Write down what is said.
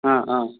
অঁ অঁ